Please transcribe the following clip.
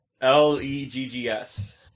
L-E-G-G-S